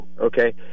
okay